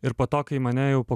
ir po to kai mane jau po